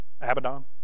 Abaddon